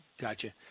Gotcha